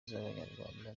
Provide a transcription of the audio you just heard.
z’abanyarwanda